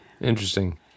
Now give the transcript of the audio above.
Interesting